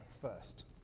first